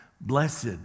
blessed